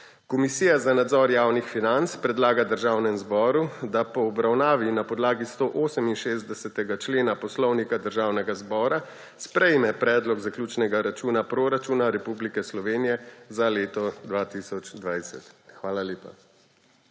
Komisija za nadzor javnih financ predlaga Državnemu zboru, da po obravnavi na podlagi 168. člena Poslovnika Državnega zbora sprejme predlog zaključnega računa proračuna Republike Slovenije za leto 2020. Hvala lepa.